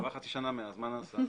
כן, אבל עברה חצי שנה מאז מה נעשה?